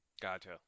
Gotcha